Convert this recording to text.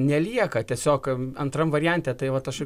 nelieka tiesiog antram variante tai vat aš